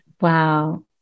Wow